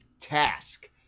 task